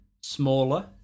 smaller